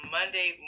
Monday